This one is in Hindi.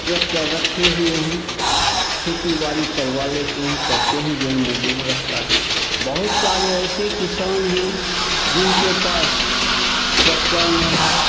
ट्रैक्टर रखे हुए हैं खेती बाड़ी करवा लेते हैं करते हैं जो मजदूर रहता है बहुत सारे ऐसे किसान हैं जिनके पास ट्रक्टर नहीं है